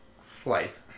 Flight